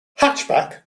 hatchback